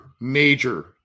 major